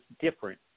different